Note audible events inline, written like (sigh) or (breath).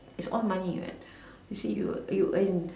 it's all money what (breath) you see you you earn